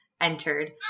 entered